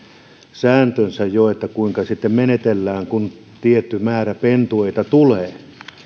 sääntönsä että kuinka sitten menetellään kun tietty määrä pentueita tulee